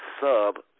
sub